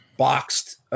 boxed